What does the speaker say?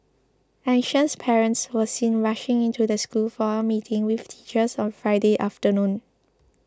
anxious parents were seen rushing into the school for a meeting with teachers on Friday afternoon